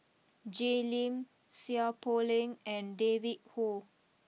Jay Lim Seow Poh Leng and David Kwo